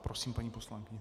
Prosím, paní poslankyně.